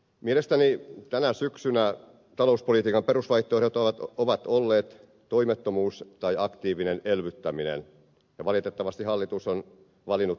mielestäni tänä syksynä talouspolitiikan perusvaihtoehdot ovat olleet toimettomuus ja ak tiivinen elvyttäminen ja valitettavasti hallitus on valinnut toimettomuuden